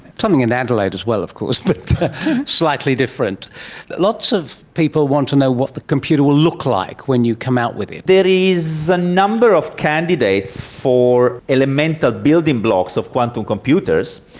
something in adelaide as well of course, but slightly different. but lots of people want to know what the computer will look like when you come out with it. there is a number of candidates for elemental building blocks of quantum computers.